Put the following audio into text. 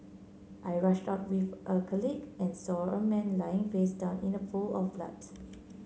I rushed out with a colleague and saw a man lying face down in a pool of blood